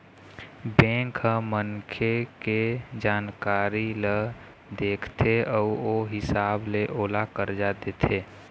bank ह मनखे के जानकारी ल देखथे अउ ओ हिसाब ले ओला करजा देथे